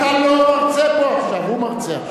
אתה לא מרצה פה עכשיו, הוא מרצה עכשיו.